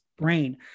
brain